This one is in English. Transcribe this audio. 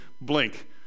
blink